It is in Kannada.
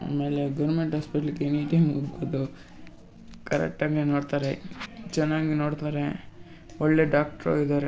ಆಮೇಲೆ ಗೌರ್ಮೆಂಟ್ ಹಾಸ್ಪಿಟ್ಲಿಗೆ ಎನಿ ಟೈಮ್ ಹೋಗ್ಬೌದು ಕರೆಕ್ಟ್ ಟೈಮಿಗೆ ನೋಡ್ತಾರೆ ಚೆನ್ನಾಗಿ ನೋಡ್ತಾರೆ ಒಳ್ಳೆಯ ಡಾಕ್ಟ್ರು ಇದ್ದಾರೆ